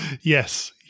Yes